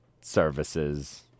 services